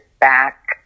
back